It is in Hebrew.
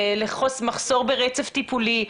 למחסור ברצף טיפולי,